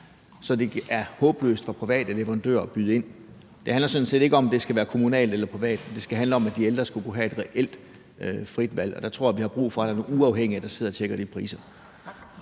så det er håbløst for private leverandører at byde ind. Det handler sådan set ikke om, om det skal være kommunalt eller privat. Det skal handle om, at de ældre skal kunne have et reelt frit valg. Der tror jeg, vi har brug for, at der er nogle, der uafhængigt sidder og tjekker de priser.